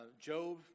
Job